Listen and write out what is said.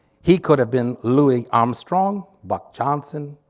he could have been louis armstrong, buck johnson,